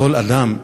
לכל אדם,